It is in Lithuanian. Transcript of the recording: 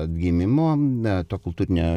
atgimimo na to kultūrinio